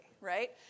right